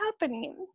happening